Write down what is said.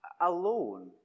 alone